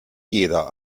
jeder